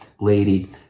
lady